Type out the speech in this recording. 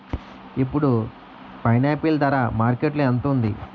ఇప్పుడు పైనాపిల్ ధర మార్కెట్లో ఎంత ఉంది?